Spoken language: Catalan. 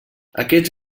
aquests